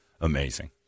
amazing